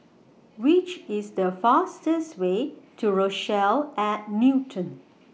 Which IS The fastest Way to Rochelle At Newton